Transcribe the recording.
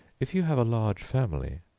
if you have a large family,